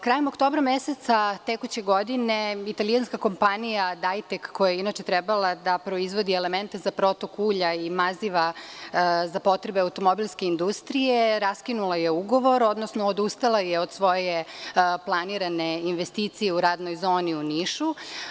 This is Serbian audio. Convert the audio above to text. Krajem oktobra meseca tekuće godine, italijanska kompanija „Dajtek“, koja je inače trebalo da proizvodi elemente za protok ulja i maziva za potrebe automobilske industrije, raskinula je ugovor, odnosno odustala je od svoje planirane investicije u radnoj zoni u Nišu.